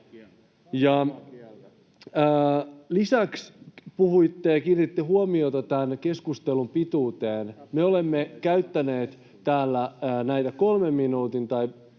Lisäksi puhuitte ja kiinnititte huomiota tämän keskustelun pituuteen. Me olemme käyttäneet täällä näitä kolmen minuutin